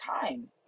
time